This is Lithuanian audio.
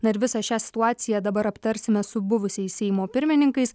na ir visą šią situaciją dabar aptarsime su buvusiais seimo pirmininkais